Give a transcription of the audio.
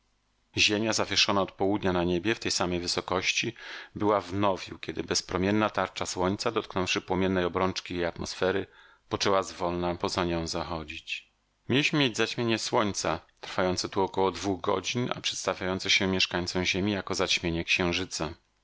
ziemia zawieszona od południa na niebie w tej samej wysokości była w nowiu kiedy bezpromienna tarcza słońca dotknąwszy płomiennej obrączki jej atmosfery poczęła zwolna poza nią zachodzą mieliśmy mieć zaćmienie słońca trwające tu około dwóch godzin a przedstawiające się mieszkańcom ziemi jako zaćmienie księżyca